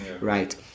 right